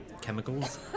chemicals